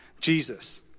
Jesus